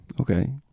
Okay